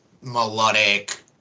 melodic